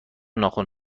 ناخن